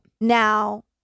Now